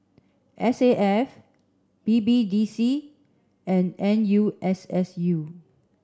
S A F B B D C and N U S S U